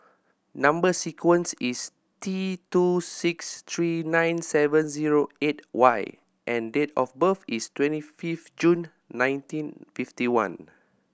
number sequence is T two six three nine seven zero eight Y and date of birth is twenty fifth June nineteen fifty one